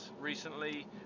recently